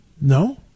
No